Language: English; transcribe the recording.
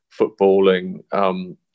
footballing